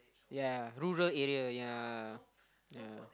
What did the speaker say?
yea rural area yea yea